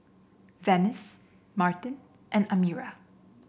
Venice Martin and Amira